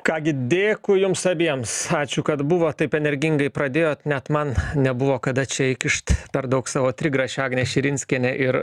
ką gi dėkui jums abiems ačiū kad buvot taip energingai pradėjot net man nebuvo kada čia įkišt per daug savo trigrašio agnė širinskienė ir